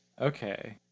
Okay